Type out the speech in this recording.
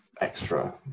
extra